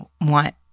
want